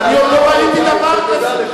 אני עוד לא ראיתי דבר כזה,